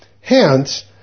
Hence